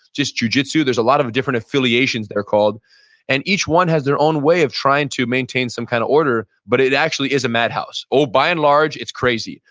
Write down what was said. just jujitsu. there's a lot of different affiliations that are called and each one has their own way of trying to maintain some kind of order, but it actually is a madhouse or by and large it's crazy.